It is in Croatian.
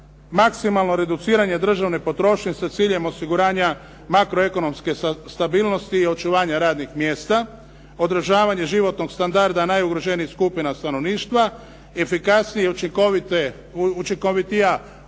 Maksimalno reduciranje potrošnje sa ciljem osiguranja makroekonomske stabilnosti i očuvanja radnih mjesta, održavanje životnog standarda najugroženijih skupina stanovništva, efikasnije i učinkovitija upotreba